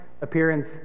appearance